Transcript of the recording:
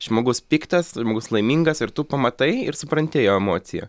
žmogus piktas žmogus laimingas ir tu pamatai ir supranti jo emociją